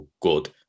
good